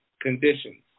conditions